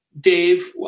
Dave